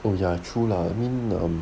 oh ya true lah I mean um